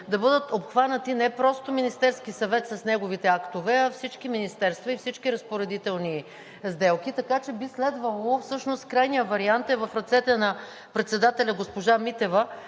да бъдат обхванати не просто Министерският съвет с неговите актове, а всички министерства и всички разпоредителни сделки. Така че би следвало – всъщност крайният вариант е в ръцете на председателя госпожа Митева,